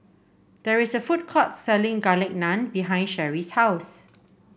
there is a food court selling Garlic Naan behind Sherri's house